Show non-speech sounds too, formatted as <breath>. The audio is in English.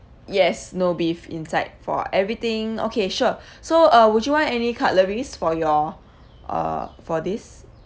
yes no beef inside for everything okay sure <breath> so uh would you want any cutleries for your <breath> uh for this